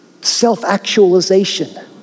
self-actualization